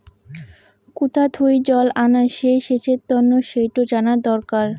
কুথা থুই জল আনা হই সেচের তন্ন সেইটো জানা দরকার